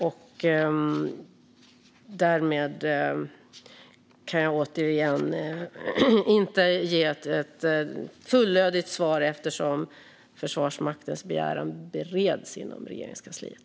Jag kan alltså inte ge ett fullödigt svar, eftersom Försvarsmaktens begäran bereds inom Regeringskansliet.